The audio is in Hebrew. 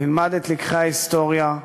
ללמוד את לקחי ההיסטוריה,